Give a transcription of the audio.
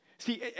See